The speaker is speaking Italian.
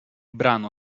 brano